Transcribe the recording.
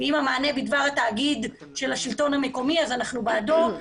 אם המענה בדבר התאגיד של השלטון המקומי - אנחנו בעדו.